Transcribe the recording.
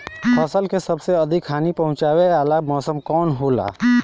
फसल के सबसे अधिक हानि पहुंचाने वाला मौसम कौन हो ला?